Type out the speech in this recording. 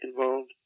involved